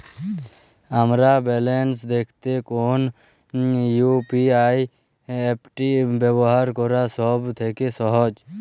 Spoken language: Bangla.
আমার ব্যালান্স দেখতে কোন ইউ.পি.আই অ্যাপটি ব্যবহার করা সব থেকে সহজ?